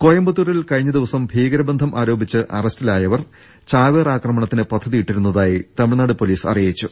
കോയമ്പത്തൂരിൽ കഴിഞ്ഞ ദിവസം ഭീകരബന്ധം ആരോ പിച്ച് അറസ്റ്റിലായവർ ചാവേർ ആക്രമണത്തിന് പദ്ധതിയിട്ടി രുന്നതായി തമിഴ്നാട് പൊലീസ് അറിയിച്ചു